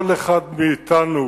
כל אחד מאתנו